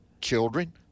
children